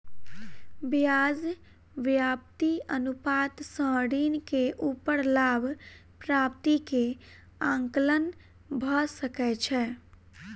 ब्याज व्याप्ति अनुपात सॅ ऋण के ऊपर लाभ प्राप्ति के आंकलन भ सकै छै